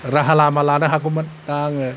राहा लामा लानो हागौमोन दा आङो